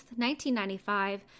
1995